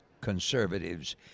conservatives